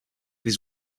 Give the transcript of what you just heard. his